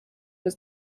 was